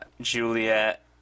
Juliet